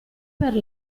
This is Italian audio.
per